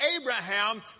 Abraham